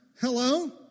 hello